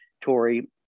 Tory